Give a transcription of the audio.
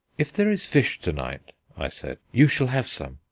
if there is fish to-night, i said, you shall have some.